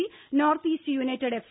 C North East United F